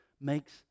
makes